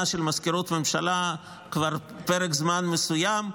של מזכירות הממשלה כבר פרק זמן מסוים.